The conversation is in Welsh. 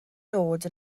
dod